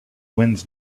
winds